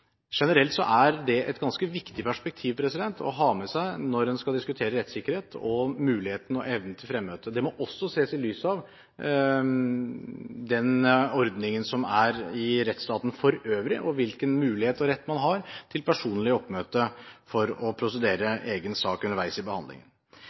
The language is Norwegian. er det et ganske viktig perspektiv å ha med seg når en skal diskutere rettssikkerhet og muligheten og evnen til fremmøte. Det må også ses i lys av den ordningen som er i rettsstaten for øvrig, og hvilken mulighet og rett man har til personlig oppmøte for å